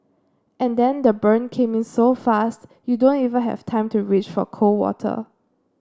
and then the burn came in so fast you don't even have time to reach for cold water